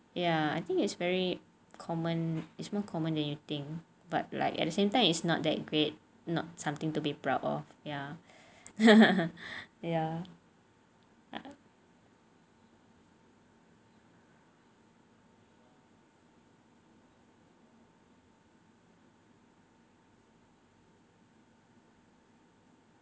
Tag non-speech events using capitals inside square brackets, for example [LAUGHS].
ya I think it's common more common that you think but like at the same time it's not that great not something to be proud of ya [LAUGHS] ya